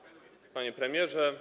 Panie Premierze!